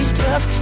tough